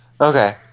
Okay